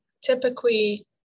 typically